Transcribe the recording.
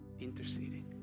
interceding